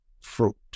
fruit